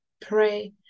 pray